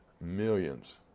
millions